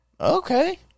Okay